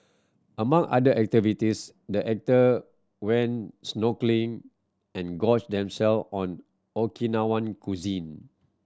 among other activities the actor went snorkelling and gorged themself on Okinawan cuisine